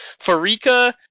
Farika